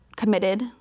committed